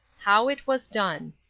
how it was done.